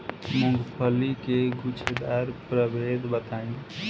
मूँगफली के गूछेदार प्रभेद बताई?